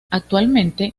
actualmente